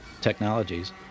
technologies